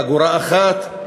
אגורה אחת.